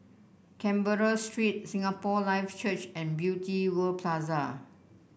Canberra Street Singapore Life Church and Beauty World Plaza